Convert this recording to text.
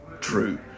true